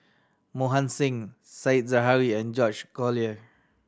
Mohan Singh Said Zahari and George Collyer